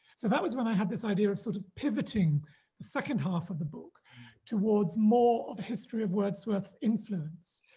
so that was when i had this idea of sort of pivoting the second half of the book towards more of a history of wordsworth's influence,